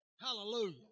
Hallelujah